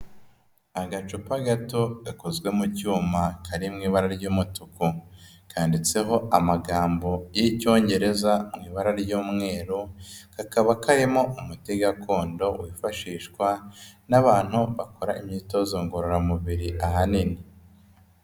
Agacupa gato, gakozwe mu cyuma, kari mu ibara ry'umutuku, kanditseho amagambo y'icyongereza, mu ibara ry'umweru, kakaba karimo umuti gakondo, wifashishwa n'abantu bakora imyitozo ngororamubiri ahanini.